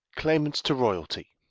claimants to royalty.